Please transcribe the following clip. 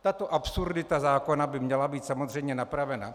Tato absurdita zákona by měla být samozřejmě napravena.